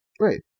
Right